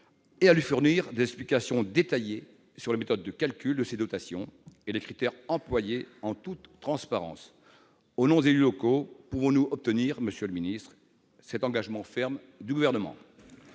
et lui fournir des explications détaillées sur les méthodes de calcul de ses dotations et les critères employés, en toute transparence. Au nom des élus locaux, pouvons-nous obtenir, monsieur le ministre, cet engagement ferme du Gouvernement ?